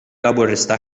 laburista